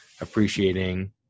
appreciating